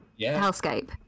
hellscape